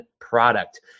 product